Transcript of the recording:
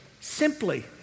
simply